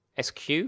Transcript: SQ